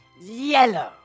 Yellow